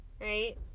Right